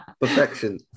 Perfection